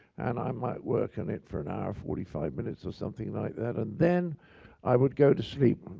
and i might work on it for an hour, forty five minutes or something like that, and then i would go to sleep.